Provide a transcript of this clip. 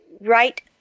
right